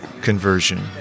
conversion